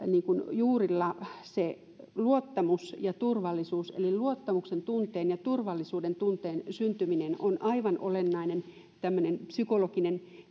juurilla se luottamus ja turvallisuus eli luottamuksen tunteen ja turvallisuuden tunteen syntyminen on aivan olennainen tämmöinen psykologinen